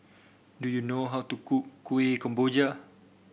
do you know how to cook Kuih Kemboja